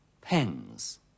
pens